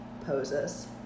poses